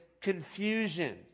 confusion